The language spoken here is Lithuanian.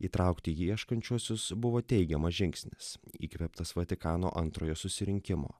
įtraukti ieškančiuosius buvo teigiamas žingsnis įkvėptas vatikano antrojo susirinkimo